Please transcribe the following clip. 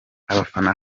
abafana